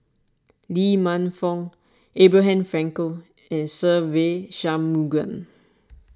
Lee Man Fong Abraham Frankel and Se Ve Shanmugam